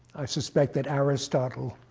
i suspect that aristotle